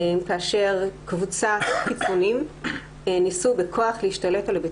כאשר קבוצת אנשים ניסתה בכוח להשתלט על בית